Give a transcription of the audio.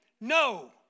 No